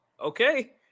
Okay